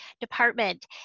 department